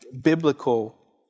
biblical